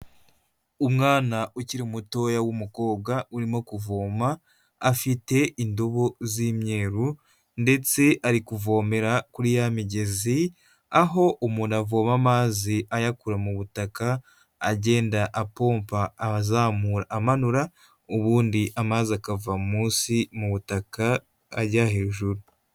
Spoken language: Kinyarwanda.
Umwana ukiri mutoya w'umukobwa urimo kuvoma afite indobo z'imyeru ndetse ari kuvomera kuri ya migezi, aho umuntu avoma amazi ayakura mu butaka, agenda apomva azamura amanura ubundi amazi akava munsi mu butaka ajya hejuru.